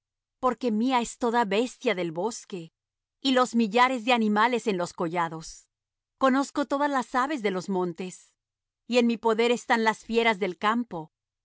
porque mía es toda bestia del bosque y los millares de animales en los collados conozco todas las aves de los montes y en mi poder están las fieras del campo